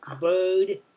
Bird